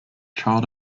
child